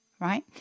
right